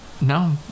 No